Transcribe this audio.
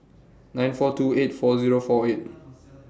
nine four two eight four Zero four eight